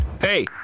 hey